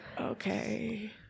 Okay